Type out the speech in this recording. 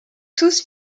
tous